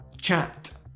Chat